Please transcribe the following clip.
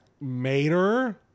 Mater